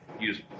use